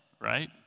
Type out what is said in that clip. right